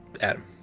Adam